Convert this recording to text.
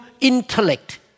intellect